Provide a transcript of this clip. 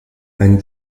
ein